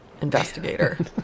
investigator